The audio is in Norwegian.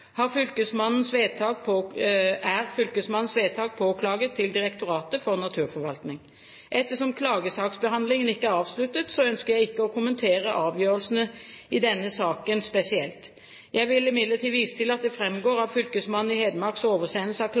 er fylkesmannens vedtak påklaget til Direktoratet for naturforvaltning. Ettersom klagesaksbehandlingen ikke er avsluttet, ønsker jeg ikke å kommentere avgjørelsene i denne saken spesielt. Jeg vil imidlertid vise til at det framgår av fylkesmannen i Hedmarks oversendelse